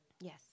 Yes